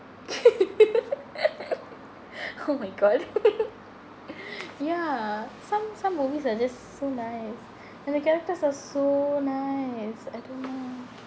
oh my god ya some some movies are just so nice and the characters are so nice I don't know